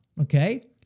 Okay